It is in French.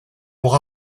pour